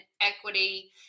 equity